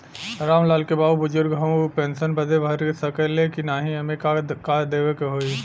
राम लाल के बाऊ बुजुर्ग ह ऊ पेंशन बदे भर सके ले की नाही एमे का का देवे के होई?